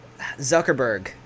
Zuckerberg